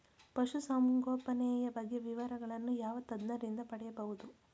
ಪಶುಸಂಗೋಪನೆಯ ಬಗ್ಗೆ ವಿವರಗಳನ್ನು ಯಾವ ತಜ್ಞರಿಂದ ಪಡೆಯಬಹುದು?